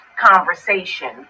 conversation